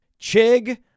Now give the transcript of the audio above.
Chig